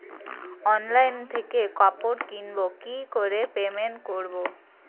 Online থেকে কাপড় কিনবো কি করে পেমেন্ট করবো?